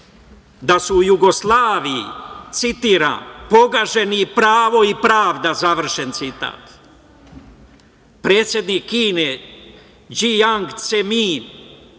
da su u Jugoslaviji, citiram - pogaženi pravo i pravda, završen citat. Predsednik Kine Đang Ceming